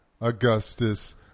Augustus